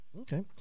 okay